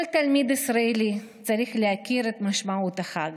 כל תלמיד ישראלי צריך להכיר את משמעות החג,